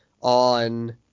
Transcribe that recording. on